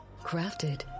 crafted